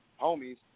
homies